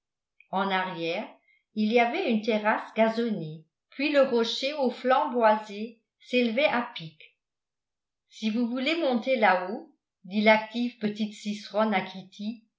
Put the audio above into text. en arrière il y avait une terrasse gazonnée puis le rocher au flanc boisé s'élevait à pic si vous voulez monter là-haut dit l'active petite cicerone à kitty